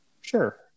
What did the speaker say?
sure